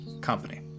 company